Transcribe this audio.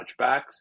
touchbacks